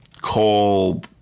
coal